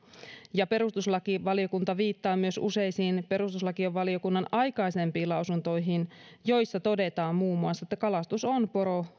ja perustuslakivaliokunta viittaa myös useisiin perustuslakivaliokunnan aikaisempiin lausuntoihin joissa todetaan muun muassa että kalastus on